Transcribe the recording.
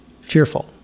fearful